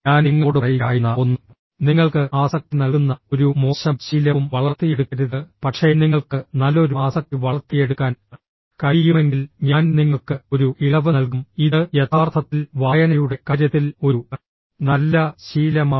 ഞാൻ നിങ്ങളോട് പറയുകയായിരുന്ന ഒന്ന് നിങ്ങൾക്ക് ആസക്തി നൽകുന്ന ഒരു മോശം ശീലവും വളർത്തിയെടുക്കരുത് പക്ഷേ നിങ്ങൾക്ക് നല്ലൊരു ആസക്തി വളർത്തിയെടുക്കാൻ കഴിയുമെങ്കിൽ ഞാൻ നിങ്ങൾക്ക് ഒരു ഇളവ് നൽകും ഇത് യഥാർത്ഥത്തിൽ വായനയുടെ കാര്യത്തിൽ ഒരു നല്ല ശീലമാണ്